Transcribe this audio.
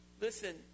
Listen